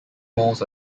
malls